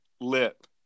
lip